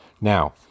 Now